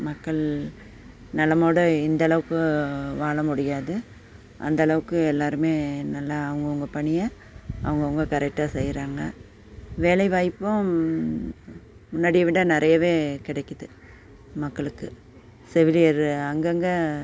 மக்கள் நலமோடு இந்தளவுக்கு வாழ முடியாது அந்தளவுக்கு எல்லோருமே நல்லா அவங்க அவங்க பணியை அவங்க அவங்க கரெக்டாக செய்கிறாங்க வேலை வாய்ப்பும் முன்னாடியை விட நிறையவே கிடைக்குது மக்களுக்கு செவிலியரு அங்கே அங்கே